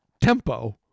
tempo